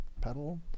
pedal